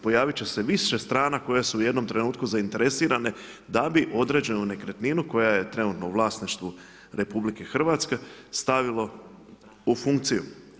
Pojaviti će se više strana koje su u jednom trenutku zainteresirane, da bi određenu nekretninu, koja je trenutno u vlasništvu RH, stavilo u funkciju.